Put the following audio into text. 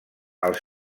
els